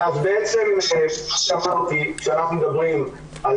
כל הגורמים הללו